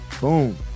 Boom